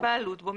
הבעלות בו,